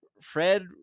Fred